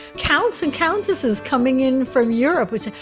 counts and countesses coming in from europe would say,